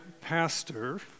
pastor